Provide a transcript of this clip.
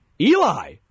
Eli